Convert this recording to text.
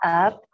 up